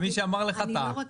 מי שאמר לך טעה.